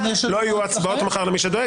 לא יהיו הצבעות מחר למי שדואג,